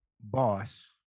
boss